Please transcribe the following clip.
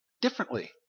differently